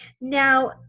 Now